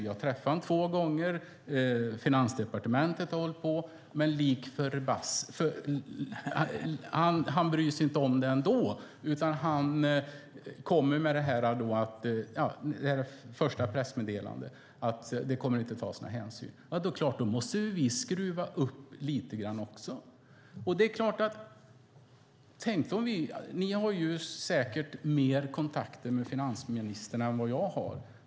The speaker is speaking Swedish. Vi har träffat honom två gånger, och Finansdepartementet har gjort sitt, men han bryr sig inte om det ändå utan kommer med det här pressmeddelandet om att det inte kommer att tas några hänsyn. Då måste ju vi också skruva upp det lite grann! Ni har säkert mer kontakter med finansministern än vad jag har.